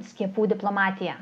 skiepų diplomatija